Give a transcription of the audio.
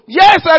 yes